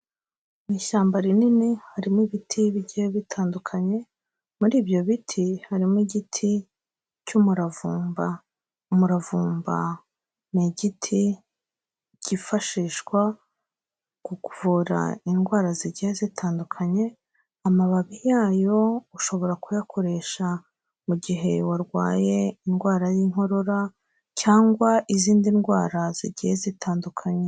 Mu ishyamba rinini harimo ibiti bigiye bitandukanye, muri ibyo biti harimo igiti cy'umuravumba. Umuravumba ni igiti kifashishwa ku kuvura indwara zigiye zitandukanye, amababi y'ayo ushobora kuyakoresha mu gihe warwaye indwara y'inkorora cyangwa izindi ndwara zigiye zitandukanye.